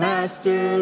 Master